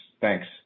Thanks